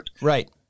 Right